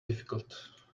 difficult